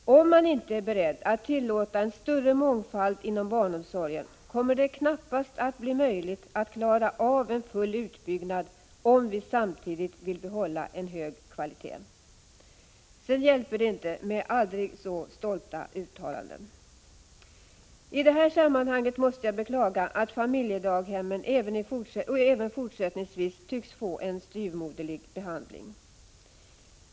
Om man inte är beredd att tillåta en större mångfald inom barnomsorgen kommer det knappast att bli möjligt att klara av en full utbyggnad med bibehållande av hög kvalitet. Det hjälper inte med aldrig så stolta uttalanden. I det här sammanhanget måste jag beklaga att familjedaghemmen även fortsättningsvis tycks få en styvmoderlig behandling.